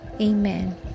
Amen